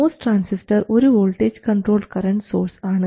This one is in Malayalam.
MOS ട്രാൻസിസ്റ്റർ ഒരു വോൾട്ടേജ് കൺട്രോൾഡ് കറൻറ് സോഴ്സ് ആണ്